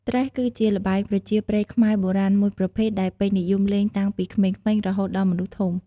ត្រេះ គឺជាល្បែងប្រជាប្រិយខ្មែរបុរាណមួយប្រភេទដែលពេញនិយមលេងតាំងពីក្មេងៗរហូតដល់មនុស្សធំ។